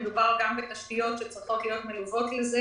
מדובר גם בתשתיות שצריכות להיות מלוות לזה